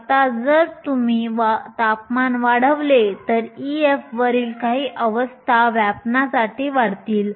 आता जर तुम्ही तापमान वाढवले तर Ef वरील काही अवस्था व्यपाण्यासाठी वाढतील